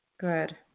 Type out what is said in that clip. Good